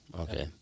Okay